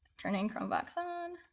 turning chromevox on.